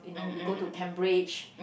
you know we go to Cambridge